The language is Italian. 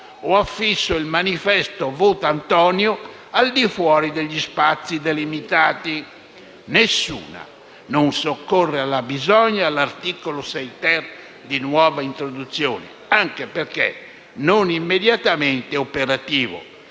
o affisso il manifesto «Vota Antonio» al di fuori degli spazi delimitati? Nessuna. Non soccorre alla bisogna l'articolo 6-*ter*, di nuova introduzione, anche perché non immediatamente operativo